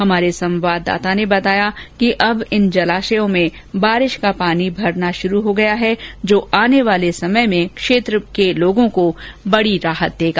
हमारे संवाददाता ने बताया कि अब इन जलाशयों में बारिश का पानी भरना शुरू हो गया है जो आने वाले समय में क्षेत्र को लोगों को बड़ी राहत देगा